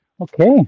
Okay